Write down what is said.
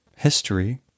History